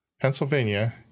Pennsylvania